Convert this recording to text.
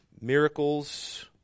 miracles